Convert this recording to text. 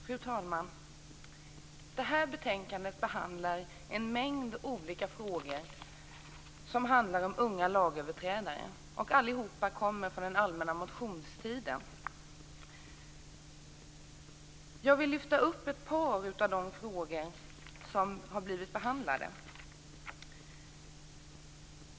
Fru talman! I det här betänkandet behandlas en mängd olika frågor som handlar om unga lagöverträdare, och alla kommer från den allmänna motionstiden. Jag vill lyfta upp ett par av de frågor som har blivit behandlade.